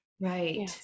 right